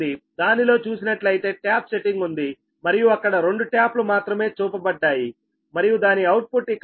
దానిలో చూసినట్లయితే tap setting ఉంది మరియు అక్కడ 2 ట్యాప్ లు మాత్రమే చూపబడ్డాయి మరియు దాని అవుట్పుట్ ఇక్కడ ఉంది